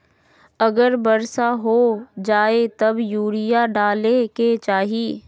अगर वर्षा हो जाए तब यूरिया डाले के चाहि?